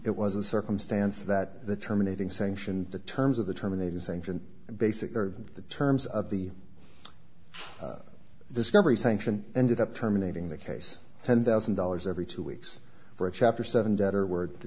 it was a circumstance that the terminating sanction the terms of the terminated sanction and basically the terms of the discovery sanction ended up terminating the case ten thousand dollars every two weeks for a chapter seven debtor word the